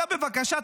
בבקשה,